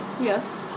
Yes